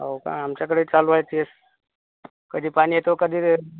हो का आमच्याकडंही चालू आहे तेच कधी पाणी येतो कधी